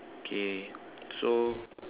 okay so